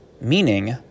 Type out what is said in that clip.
meaning